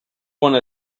wanna